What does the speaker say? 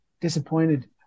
Disappointed